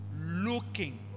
Looking